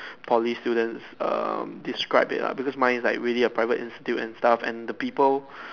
Poly students um describe it lah because mine is really a private institute and stuff and the people